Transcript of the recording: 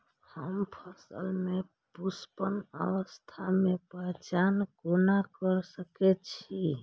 हम फसल में पुष्पन अवस्था के पहचान कोना कर सके छी?